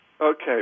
Okay